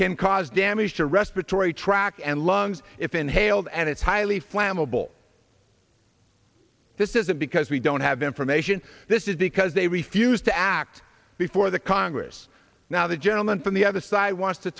can cause damage to respiratory track and lungs if inhaled and it's highly flammable this isn't because we don't have information this is because they refused to act before the congress now the gentleman from the other side wants to